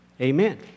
amen